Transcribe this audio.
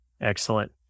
Excellent